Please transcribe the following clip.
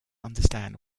understand